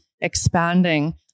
expanding